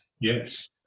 Yes